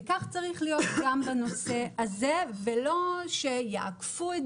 כך צריך להיות גם בנושא הזה ולא שיעקפו את